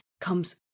comes